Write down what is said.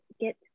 get